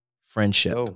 Friendship